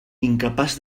incapaç